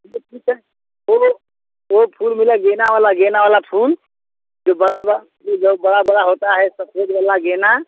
चलिए ठीक है वह वह फूल मुझे गेना वाला गेंदा वाला फूल जो बड़ा बा जो बहुत बड़ा बड़ा होता है सफेंद गेंदा